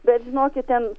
bet žinokit ten